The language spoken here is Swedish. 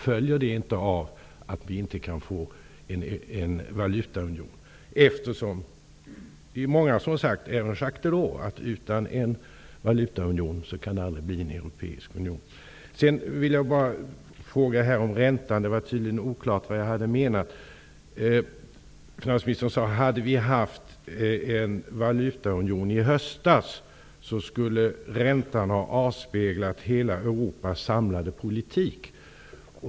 Många har ju sagt, även Jacques Delors, att det utan en valutaunion aldrig kan bli en europeisk union. Sedan vill jag fråga om räntan. Det var tydligen oklart vad jag hade menat. Finansministern sade att om vi hade haft en valutaunion i höstas, skulle räntan ha avspeglat hela Europas samlade politik.